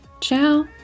Ciao